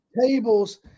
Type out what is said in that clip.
tables